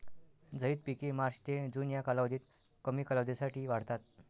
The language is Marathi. झैद पिके मार्च ते जून या कालावधीत कमी कालावधीसाठी वाढतात